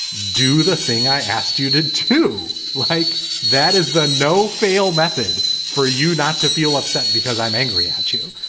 do the thing i asked you did, too. like that is the no fail method for you not to feel upset because i'm angry at you.